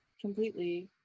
completely